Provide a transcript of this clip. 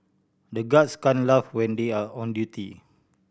the guards can't laugh when they are on duty